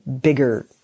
bigger